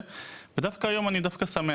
אבל דווקא היום אני שמח.